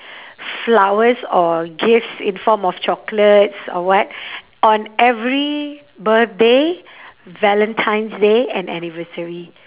flowers or gifts in form of chocolates or what on every birthday valentine's day and anniversary